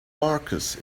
marcus